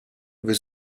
veut